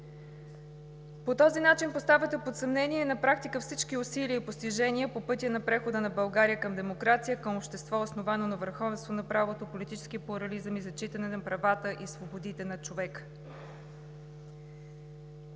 По този начин поставяте под съмнение на практика всички усилия и постижения по пътя на прехода на България към демокрация, към общество, основано на върховенство на правото, политически плурализъм и зачитане на правата и свободите на човека.